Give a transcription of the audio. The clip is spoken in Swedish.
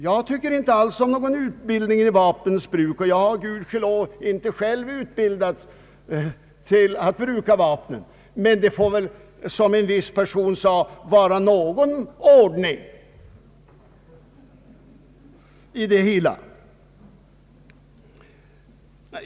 Jag tycker inte alls om utbildning i vapnens bruk, och jag har gudskelov inte själv utbildats till att bruka vapen. Men det får väl, som en viss person sade, vara någon ordning i det hela.